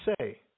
say